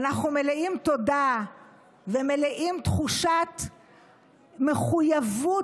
ואנחנו מלאים תודה ומלאים תחושת מחויבות